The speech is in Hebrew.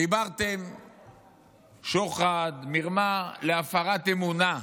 חיברתם שוחד ומרמה להפרת אמונה.